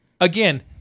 again